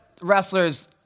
wrestlers